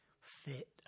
fit